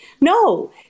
No